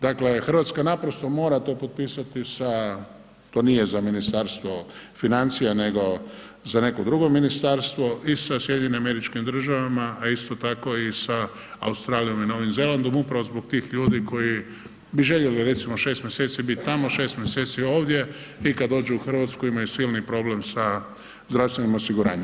Dakle Hrvatska naprosto mora to potpisati to nije za Ministarstvo financija nego za neko drugo ministarstvo i sa SAD-om a isto tako i sa Australijom i Novim Zelandom, upravo zbog tih ljudi koji bi željeli recimo 6 mjeseci biti tamo, 6 mjeseci ovdje i kad dođu u Hrvatsku imaju silni problem sa zdravstvenim osiguranjem.